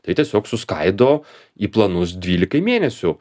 tai tiesiog suskaido į planus dvylikai mėnesių